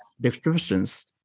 descriptions